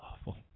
awful